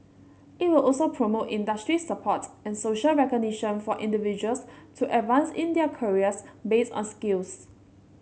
it will also promote industry support and social recognition for individuals to advance in their careers based on skills